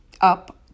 up